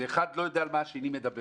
ואחד לא יודע על מה השני מדבר.